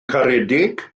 caredig